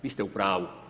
Vi ste u pravu.